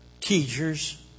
teachers